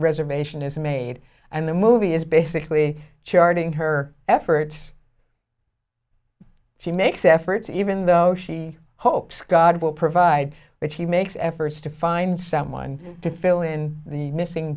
reservation is made and the movie is basically charting her efforts she makes efforts even though she hopes god will provide but she makes efforts to find someone to fill in the missing